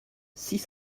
six